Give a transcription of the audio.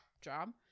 job